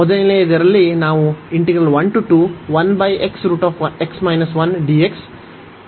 ಮೊದಲನೆಯದರಲ್ಲಿ ನಾವು ಅನ್ನು ತೆಗೆದುಕೊಂಡಿದ್ದೇವೆ